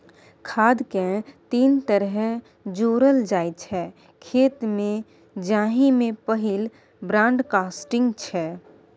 खाद केँ तीन तरहे जोरल जाइ छै खेत मे जाहि मे पहिल ब्राँडकास्टिंग छै